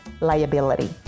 liability